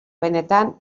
benetan